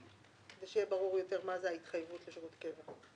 כדי שיהיה ברור יותר מה זה ההתחייבות לשירות קבע?